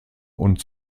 und